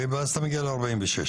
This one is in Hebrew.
ואז אתה מגיע ל-46.